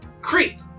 creep